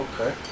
okay